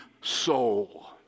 soul